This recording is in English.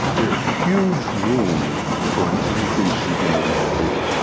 there's huge room for an increase in human wellbeing.